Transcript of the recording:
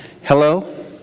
Hello